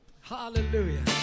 Hallelujah